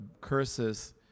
curses